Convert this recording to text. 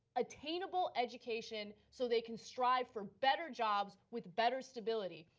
attainable education so they can strive for better jobs with better stability,